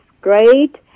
great